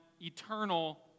eternal